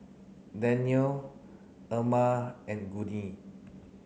Danyell Erma and Gurney